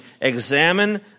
examine